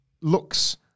looks